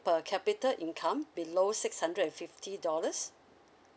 per capita income below six hundred and fifty dollars